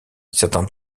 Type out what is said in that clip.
certains